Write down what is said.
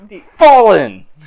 Fallen